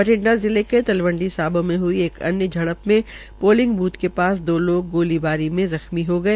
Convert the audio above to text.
बठिंडा जिले के तलवंडी साबो में हुई एक अन्य झड़प में पोलिंग बूथ के पास दो लोग गोलीबारी में जख्मी हो गए